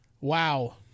wow